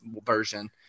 version